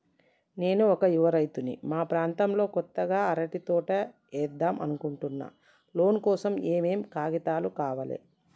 నేను ఒక యువ రైతుని మా ప్రాంతంలో కొత్తగా అరటి తోట ఏద్దం అనుకుంటున్నా లోన్ కోసం ఏం ఏం కాగితాలు కావాలే?